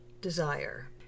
desire